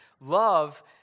love